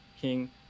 king